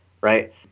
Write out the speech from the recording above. Right